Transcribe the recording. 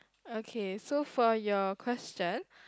okay so for your question